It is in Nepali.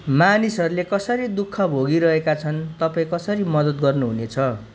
मानिसहरूले कसरी दुःख भोगिरहेका छन् तपाईँ कसरी मदद गर्नुहुनेछ